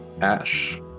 Ash